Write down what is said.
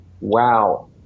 wow